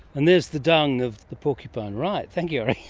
and there's the dung of the porcupine, right, thank you ori!